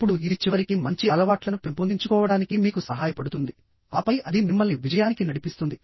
అప్పుడు ఇది చివరికి మంచి అలవాట్లను పెంపొందించుకోవడానికి మీకు సహాయపడుతుంది ఆపై అది మిమ్మల్ని విజయానికి నడిపిస్తుంది